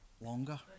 longer